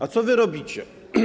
A co wy robicie?